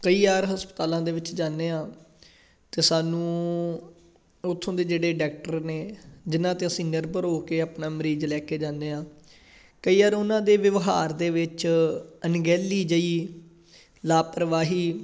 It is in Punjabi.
ਕਈ ਵਾਰ ਹਸਪਤਾਲਾਂ ਦੇ ਵਿੱਚ ਜਾਂਦੇ ਹਾਂ ਅਤੇ ਸਾਨੂੰ ਉੱਥੋਂ ਦੇ ਜਿਹੜੇ ਡਾਕਟਰ ਨੇ ਜਿਨ੍ਹਾਂ 'ਤੇ ਅਸੀਂ ਨਿਰਭਰ ਹੋ ਕੇ ਆਪਣਾ ਮਰੀਜ਼ ਲੈ ਕੇ ਜਾਂਦੇ ਹਾਂ ਕਈ ਵਾਰ ਉਹਨਾਂ ਦੇ ਵਿਵਹਾਰ ਦੇ ਵਿੱਚ ਅਣਗਹਿਲੀ ਜਿਹੀ ਲਾਪਰਵਾਹੀ